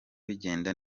bigenda